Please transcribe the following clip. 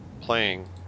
playing